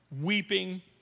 weeping